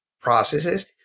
processes